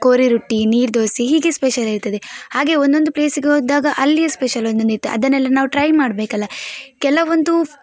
ಕೋರಿ ರೊಟ್ಟಿ ನೀರುದೋಸೆ ಹೀಗೆ ಸ್ಪೆಷಲಿರ್ತದೆ ಹಾಗೆ ಒಂದೊಂದು ಪ್ಲೇಸಿಗೆ ಹೋದಾಗ ಅಲ್ಲಿಯ ಸ್ಪೆಷಲ್ ಒಂದೊಂದು ಇರತ್ತೆ ಅದನ್ನೆಲ್ಲ ನಾವು ಟ್ರೈ ಮಾಡಬೇಕಲ್ಲ ಕೆಲವೊಂದು